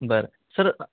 बरं सर